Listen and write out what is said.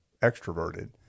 extroverted